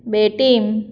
बेती